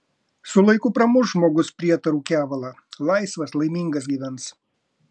su laiku pramuš žmogus prietarų kevalą laisvas laimingas gyvens